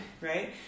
right